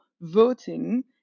voting